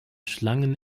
schlangen